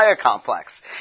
complex